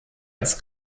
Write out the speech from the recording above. als